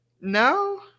No